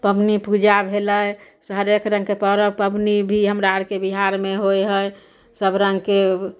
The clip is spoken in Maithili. पबनी पूजा भेलै हरे औरक रङ्ग के परब पबनी भी हमरा आरके बिहार मे होइ हइ सभ रङ्ग के